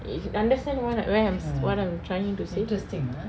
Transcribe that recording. eh you understand what where I'm what I'm trying to say